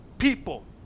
people